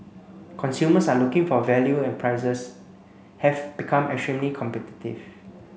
consumers are looking for value and prices have become extremely competitive